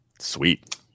sweet